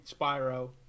Spyro